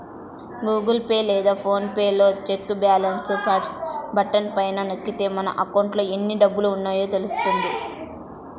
Google Pay లేదా PhonePe లో check balance button పైన నొక్కితే మన అకౌంట్లో ఎన్ని డబ్బులున్నాయో తెలుస్తుంది